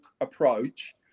approach